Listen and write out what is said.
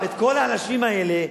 את כל האנשים האלה,